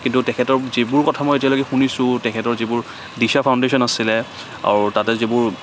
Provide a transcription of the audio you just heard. কিন্তু তেখেতৰ যিবোৰ কথা মই এতিয়ালৈকে শুনিছোঁ তেখেতৰ যিবোৰ দিশা ফাউণ্ডেশন আছিলে আৰু তাতে যিবোৰ